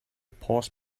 pause